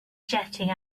jetting